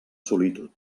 solitud